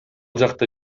жакта